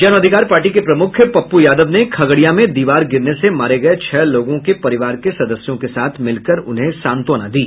जन अधिकार पार्टी के प्रमुख पप्प् यादव ने खगड़िया में दीवार गिरने से मारे गये छह लोगों के परिवार के सदस्यों के साथ मिलकर उन्हें सांत्वना दी